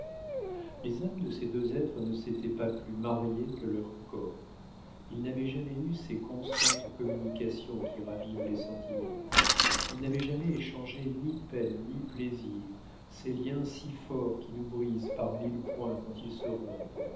les âmes de ces deux êtres ne s'étaient pas plus mariées que leurs corps ils n'avaient jamais eu ces constantes communications qui ravivent les sentiments ils n'avaient jamais échangé ni peines ni plaisirs ces liens si forts qui nous brisent par mille points quand ils se rompent